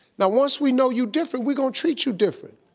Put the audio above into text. now once we know you different, we gon' treat you different.